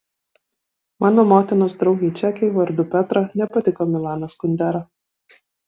mano motinos draugei čekei vardu petra nepatiko milanas kundera